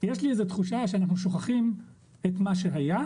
ויש לי איזה תחושה שאנחנו שוכחים את מה שהיה